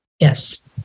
Yes